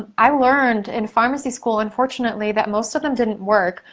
i learned in pharmacy school, unfortunately, that most of them didn't work.